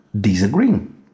disagreeing